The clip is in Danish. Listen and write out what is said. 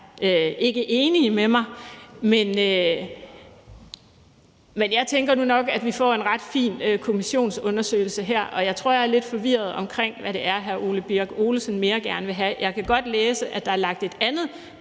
ikke er enig med mig, men jeg tænker nu nok, at vi får en ret fin kommissionsundersøgelse her. Jeg tror, jeg er lidt forvirret omkring, hvad det er, hr. Ole Birk Olesen mere gerne vil have. Jeg kan godt læse, at der er lagt et andet